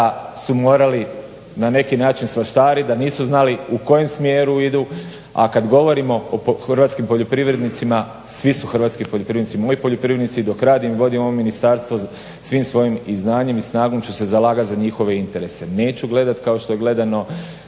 su morali na neki način svaštarit da nisu znali u kojem smjeru idu, a kad govorimo o hrvatskim poljoprivrednicima, svi su hrvatski poljoprivrednici moji poljoprivrednici. I dok radim i vodim ovo ministarstvo svim svojim i znanjem i snagom ću se zalagati za njihove interese. Neću gledat kao što je gledano